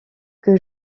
que